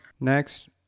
Next